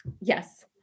yes